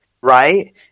right